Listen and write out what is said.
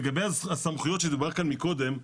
לגבי הסמכויות שדובר כאן מקודם,